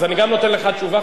אז אני גם נותן לך תשובה,